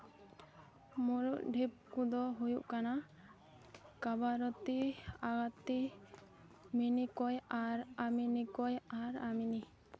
ᱢᱩᱬᱩᱫ ᱰᱷᱤᱯ ᱠᱚᱫᱚ ᱦᱩᱭᱩᱜ ᱠᱟᱱᱟ ᱠᱟᱵᱟᱨᱟᱹᱛᱤ ᱟᱜᱟᱛᱛᱤ ᱢᱤᱱᱤᱠᱚᱭ ᱟᱨ ᱟᱢᱤᱱᱤᱠᱚᱭ ᱟᱨ ᱟᱢᱤᱱᱤ